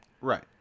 Right